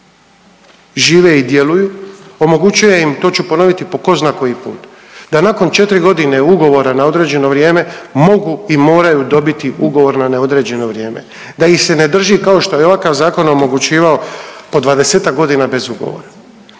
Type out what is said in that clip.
žive i djeluje, omogućuje im, to ću ponoviti po ko zna koji put, da nakon 4.g. ugovora na određeno vrijeme mogu i moraju dobiti ugovor na neodređeno vrijeme, da ih se ne drži kao što je ovakav zakon omogućivao po 20.g. bez ugovora.